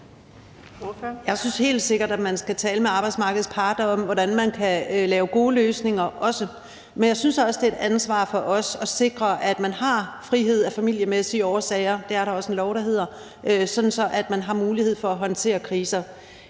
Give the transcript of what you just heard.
Jeg synes helt sikkert, man også skal tale med arbejdsmarkedets parter om, hvordan man kan lave gode løsninger, men jeg synes også, det er et ansvar for os at sikre, at man har frihed af familiemæssige årsager – det er der også en lov der handler om – sådan at man har mulighed for at håndtere kriser.